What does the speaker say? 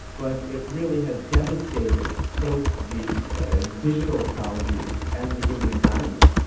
but it really has devastated both the digital ecology and the human environment.